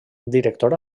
director